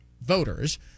voters